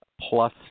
plus